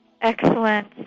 Excellent